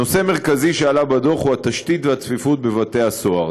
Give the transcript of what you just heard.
נושא מרכזי שעלה בדוח הוא התשתית והצפיפות בבתי-הסוהר,